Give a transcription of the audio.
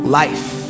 life